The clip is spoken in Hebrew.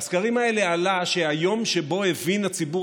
בסקרים האלה עלה שהיום שבו הבין הציבור